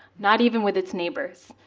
not even with its neighbors,